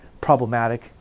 problematic